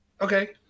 Okay